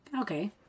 Okay